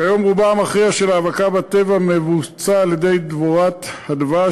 כיום רובה המכריע של ההאבקה בטבע מבוצע על-ידי דבורת הדבש,